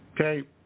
Okay